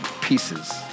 pieces